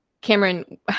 Cameron